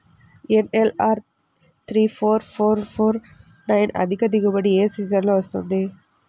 NLR three four four four nine అధిక దిగుబడి ఏ సీజన్లలో వస్తుంది?